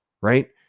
right